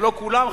לא כולן,